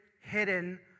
hidden